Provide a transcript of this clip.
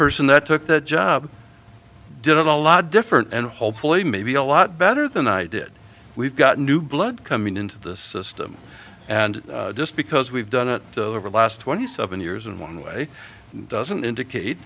person that took that job did a lot different and hopefully maybe a lot better than i did we've got new blood coming into the system and just because we've done it over the last twenty seven years in one way doesn't indicate